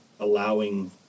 allowing